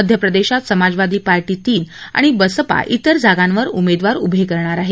मध्यप्रदेशात समाजवादी पार्टी तीन आणि बसपा तिर जागांवर उमेदवार उभे करणार आहे